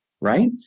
right